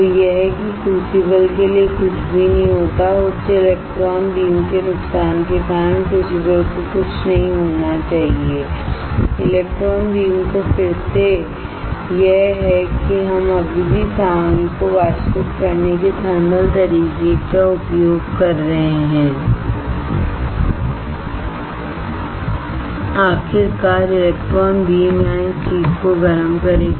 तो यह कि क्रूसिबल के लिए कुछ भी नहीं होता है उच्च इलेक्ट्रॉन बीम के नुकसान के कारण क्रूसिबल को कुछ नहीं होना चाहिए और किरण समय 3652 इलेक्ट्रॉन बीम को फिर से यह है कि हम अभी भी सामग्री को वाष्पित करने के थर्मल तरीके का उपयोग कर रहे हैं आखिरकार इलेक्ट्रॉन बीम यहां इस चीज को गर्म करेगा